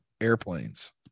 airplanes